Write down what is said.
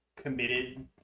committed